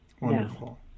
wonderful